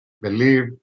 believe